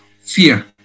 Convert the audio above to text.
fear